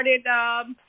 started